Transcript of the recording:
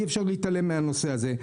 אי אפשר להתעלם מהנושא הזה.